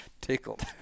Tickled